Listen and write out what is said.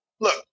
Look